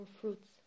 fruits